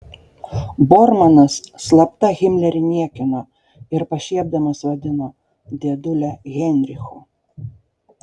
bormanas slapta himlerį niekino ir pašiepdamas vadino dėdule heinrichu